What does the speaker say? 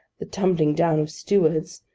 the tumbling down of stewards,